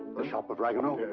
the shop at ragueneau's.